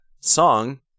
song